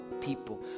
people